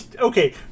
Okay